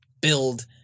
build